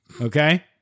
Okay